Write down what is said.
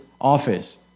office